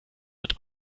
wird